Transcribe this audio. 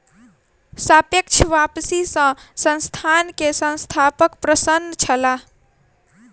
सापेक्ष वापसी सॅ संस्थान के संस्थापक अप्रसन्न छलाह